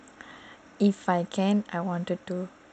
if I can I wanted to